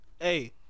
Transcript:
hey